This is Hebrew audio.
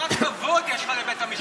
רק כבוד יש לך לבית המשפט העליון.